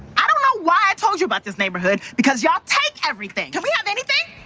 i don't know why i told you about this neighborhood, because you all take everything. can we have anything?